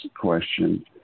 question